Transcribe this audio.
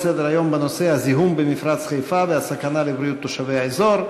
הזיהום במפרץ חיפה והסכנה לבריאות תושבי האזור,